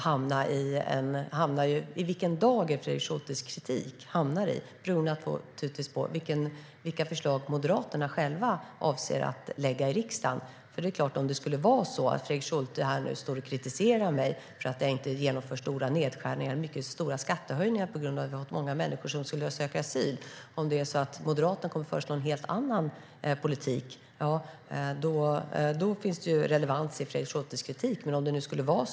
I vilken dager Fredrik Schultes kritik hamnar beror naturligtvis på vilka förslag Moderaterna själva avser att lägga fram för riksdagen. Om Fredrik Schulte kritiserar mig för att jag inte genomför stora nedskärningar och mycket stora skattehöjningar på grund av att många människor söker asyl, och om Moderaterna kommer att föreslå en helt annan politik, finns det relevans i Fredrik Schultes kritik.